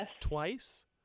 twice